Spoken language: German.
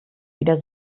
wieder